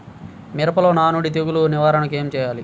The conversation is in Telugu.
మిరపలో నానుడి తెగులు నివారణకు ఏమి చేయాలి?